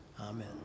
Amen